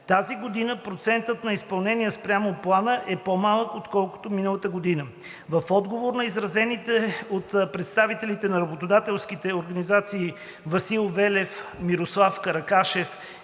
Тази година процентът на изпълнение спрямо плана е по-малък, отколкото миналата година. В отговор на изразените от представителите на работодателските организации Васил Велев (АИКБ), Мирослав Каракашев